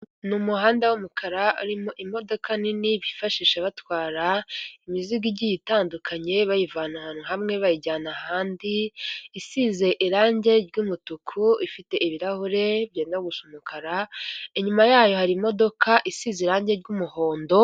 Ni umuhanda w'umukara imodoka nini bifashisha batwara imizigo igiye itandukanye bayivana ahantu hamwe bayijyana ahandi, isize irangi ry'umutuku ifite ibirahure byenda gusa umukara, inyuma yayo hari imodoka isize irangi ry'umuhondo.